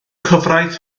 cyfraith